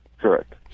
Correct